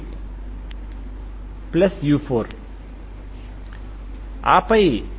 కాబట్టి ఇది ఇప్పటికే సెల్ఫ్అడ్ జాయింట్ రూపంలో ఉందని మీరు చూడవచ్చు అది1